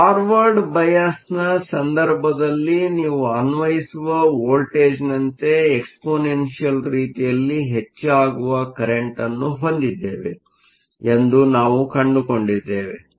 forward ಬಯಾಸ್Forward biasನ ಸಂದರ್ಭದಲ್ಲಿ ನೀವು ಅನ್ವಯಿಸುವ ವೋಲ್ಟೇಜ್ನಂತೆ ಎಕ್ಸ್ಪೋನೆನ್ಷಿಯಲ್ ರೀತಿಯಲ್ಲಿ ಹೆಚ್ಚಾಗುವ ಕರೆಂಟ್Current ಅನ್ನು ಹೊಂದಿದ್ದೇವೆ ಎಂದು ನಾವು ಕಂಡುಕೊಂಡಿದ್ದೇವೆ